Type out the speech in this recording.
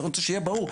אני רוצה שיהיה ברור,